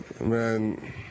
Man